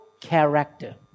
character